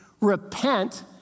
Repent